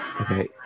Okay